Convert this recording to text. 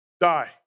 die